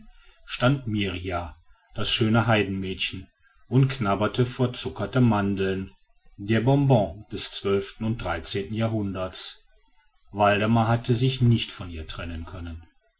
stand mirrjah das schöne heidenmädchen und knabberte verzuckerte mandeln der bonbon des und jahrhunderts waldemar hatte sich nicht von ihr trennen können